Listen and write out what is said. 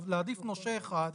להעדיף נושה אחד,